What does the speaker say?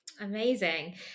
amazing